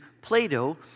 Plato